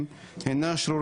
הן שקופות,